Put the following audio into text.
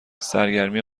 سرگرمی